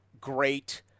great